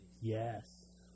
Yes